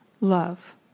love